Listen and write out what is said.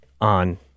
on